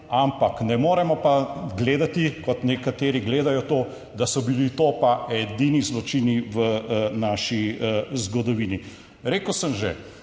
ampak ne moremo pa gledati, kot nekateri gledajo to, da so bili to pa edini zločini v naši zgodovini. Rekel sem že,